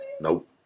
Nope